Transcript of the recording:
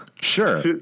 Sure